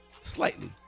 Slightly